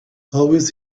always